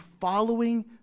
following